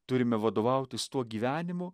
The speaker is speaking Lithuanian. turime vadovautis tuo gyvenimu